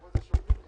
טוב.